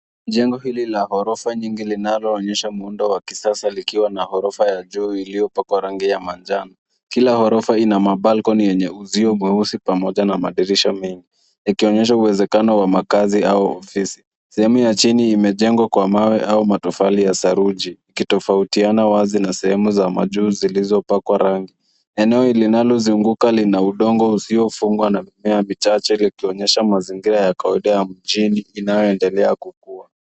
Jengo hili la ghorofa nyingi linaloonyesha muundo wa kisasa likiwa na ghorofa ya juu iliyopakwa rangi ya manjano. Kila ghorofa ina mabalkoni yenye uzio mweusi pamoja na madirisha mengi, ikionesha uwezekano wa makazi au ofisi. Sehemu ya chini imejengwa kwa mawe au matofali ya saruji, ikitofautiana wazi na sehemu za majuuu zilizopakwa rangi. Eneo linalouzunguka lina udongo usiofungwa na mimea michache ikionyesha mazingira ya kawaida ya mjini inayoendela kukua.